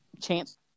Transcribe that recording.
Chance